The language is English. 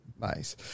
Nice